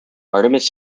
artemis